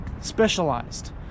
specialized